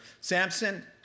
Samson